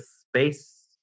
space